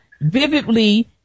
vividly